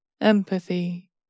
empathy